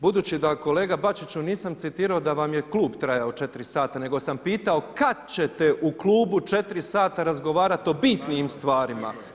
Budući da kolega Bačiću nisam citirao da vam je klub trajao četiri sata, nego sam pitao kad ćete u klubu četiri sata razgovarati o bitnim stvarima.